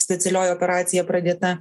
specialioji operacija pradėta